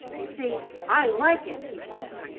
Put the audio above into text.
you see, i like it, he said,